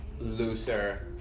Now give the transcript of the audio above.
looser